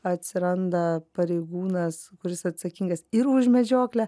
atsiranda pareigūnas kuris atsakingas ir už medžioklę